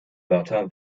wörter